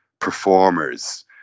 performers